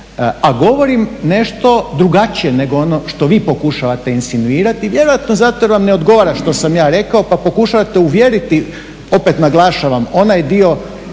A govorim nešto drugačije nego ono što vi pokušavate insinuirati, vjerojatno zato jer vam ne odgovara što sam ja rekao pa pokušavate uvjeriti, opet naglašavam onaj dio